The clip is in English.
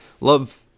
love